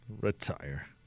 Retire